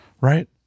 Right